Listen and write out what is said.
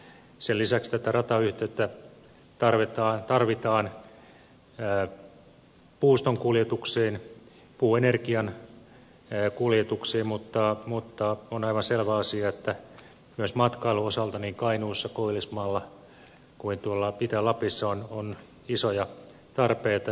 sen lisäksi tätä ratayhteyttä tarvitaan puuston kuljetukseen puuenergian kuljetukseen mutta on aivan selvä asia että myös matkailun osalta niin kainuussa koillismaalla kuin itä lapissa on isoja tarpeita